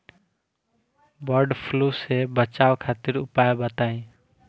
वड फ्लू से बचाव खातिर उपाय बताई?